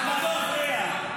זה מה שהוא אמר.